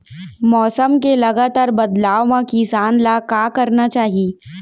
मौसम के लगातार बदलाव मा किसान ला का करना चाही?